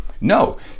No